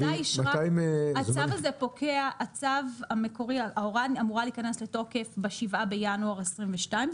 ההוראה אמורה להיכנס לתוקף ב-7 בינואר 2022,